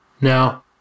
Now